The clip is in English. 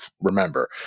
remember